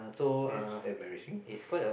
that's embarrassing